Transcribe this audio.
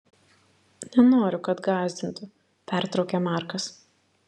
nenoriu kad gąsdintų pertraukia markas